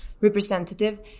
representative